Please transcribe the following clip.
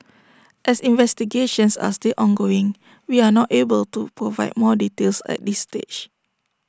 as investigations are still ongoing we are not able to provide more details at this stage